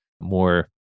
more